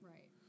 Right